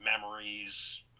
memories